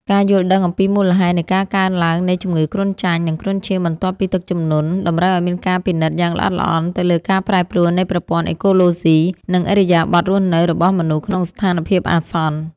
ការយល់ដឹងអំពីមូលហេតុនៃការកើនឡើងនៃជំងឺគ្រុនចាញ់ និងគ្រុនឈាមបន្ទាប់ពីទឹកជំនន់ តម្រូវឱ្យមានការពិនិត្យយ៉ាងល្អិតល្អន់ទៅលើការប្រែប្រួលនៃប្រព័ន្ធអេកូឡូស៊ី និងឥរិយាបថរស់នៅរបស់មនុស្សក្នុងស្ថានភាពអាសន្ន។